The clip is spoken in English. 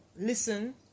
listen